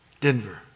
Denver